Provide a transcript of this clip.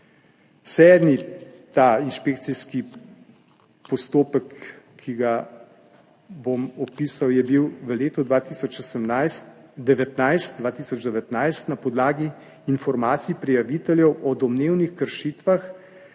Sedmi inšpekcijski postopek, ki ga bom opisal, je bil v letu 2019 na podlagi informacij prijaviteljev o domnevnih kršitvah,